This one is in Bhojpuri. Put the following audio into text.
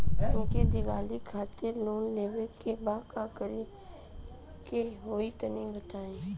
हमके दीवाली खातिर लोन लेवे के बा का करे के होई तनि बताई?